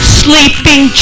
sleeping